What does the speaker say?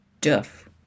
duff